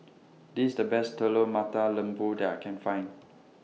This IS The Best Telur Mata Lembu that I Can Find